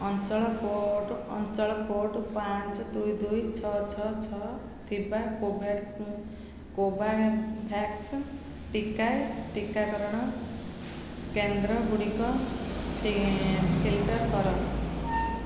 ଅଞ୍ଚଳ କୋଡ଼୍ ଅଞ୍ଚଳ କୋଡ଼୍ ପାଞ୍ଚ ଦୁଇ ଦୁଇ ଛଅ ଛଅ ଛଅ ଥିବା କୋଭୋଭ୍ୟାକ୍ସ ଟିକା ଟିକାକରଣ କେନ୍ଦ୍ରଗୁଡ଼ିକ ଫିଲ୍ଟର କର